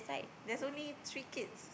there's only three kids